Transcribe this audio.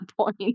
point